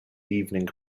evening